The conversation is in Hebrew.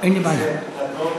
כי זה נדון.